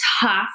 tough